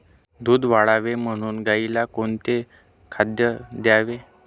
दूध वाढावे म्हणून गाईला कोणते खाद्य द्यावे?